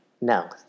No